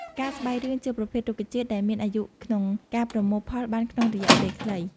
ផ្កាស្បៃរឿងជាប្រភេទរុក្ខជាតិដែលមានអាយុក្នុងការប្រមូលផលបានក្នុងរយៈពេលខ្លី។